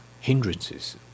hindrances